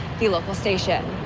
your local station.